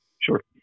sure